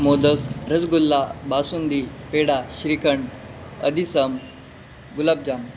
मोदक रसगुल्ला बासुंदी पेढा श्रीखंड अदिसम गुलाबजाम